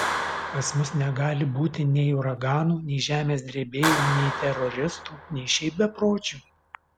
pas mus negali būti nei uraganų nei žemės drebėjimų nei teroristų nei šiaip bepročių